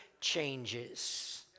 changes